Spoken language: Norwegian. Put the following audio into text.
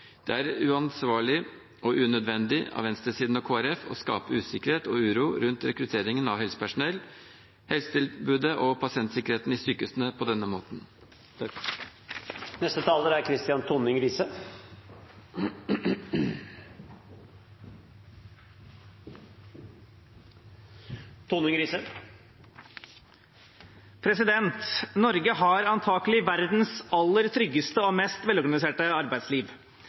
Det er uansvarlig og unødvendig av venstresiden og Kristelig Folkeparti å skape usikkerhet og uro rundt rekrutteringen av helsepersonell, helsetilbudet og pasientene i sykehusene på denne måten. Norge har antakelig verdens aller tryggeste og mest velorganiserte arbeidsliv.